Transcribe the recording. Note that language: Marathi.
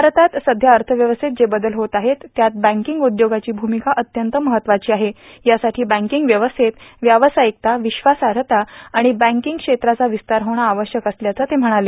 भारतात सध्या अर्थव्यवस्थेत जे बदल होत आहेत त्यात बँकिंग उद्योगाची भूमिका अत्यंत महत्त्वाची आहे यासाठी बँकिंग व्यवस्थेत व्यावसायिकता विश्वासार्हता आणि बँकिंग क्षेत्राचा विस्तार होणं आवश्यक असल्याचं ते म्हणाले